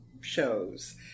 shows